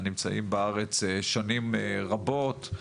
הנמצאים בארץ שנים רבות.